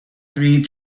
three